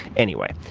anyway,